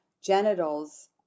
genitals